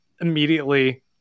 immediately